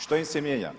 Što im se mijenja?